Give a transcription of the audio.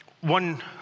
One